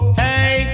hey